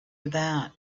about